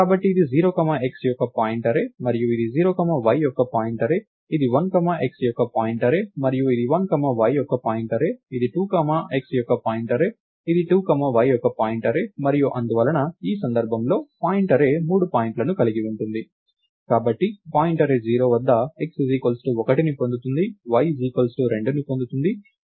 కాబట్టి ఇది 0 comma x యొక్క పాయింట్ అర్రే మరియు ఇది 0 కామా y యొక్క పాయింట్ అర్రే ఇది 1 కామా x యొక్క పాయింట్ అర్రే మరియు ఇది 1 కామా y యొక్క పాయింట్ అర్రే ఇది 2 కామా x యొక్క పాయింట్ అర్రే ఇది 2 కామా y యొక్క పాయింట్ అర్రే మరియు అందువలన ఈ సందర్భంలో పాయింట్ అర్రే మూడు పాయింట్లను కలిగి ఉంటుంది కాబట్టి పాయింట్ అర్రే 0 వద్ద x 1ని పొందుతుంది y 2ని పొందుతుంది